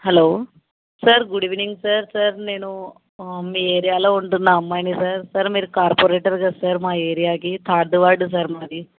hello sir good evening sir sir నేను మీ ఏరియాలో ఉంటున్న అమ్మాయిని సార్ సార్ మీరు కార్పరేటర్గా సార్ మా ఏరియాకి తర్డ్ వార్డు సార్ మాది